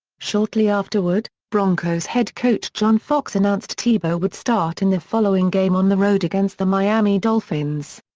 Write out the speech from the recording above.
shortly afterward, broncos' head coach john fox announced tebow would start in the following game on the road against the miami dolphins.